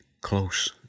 close